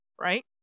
right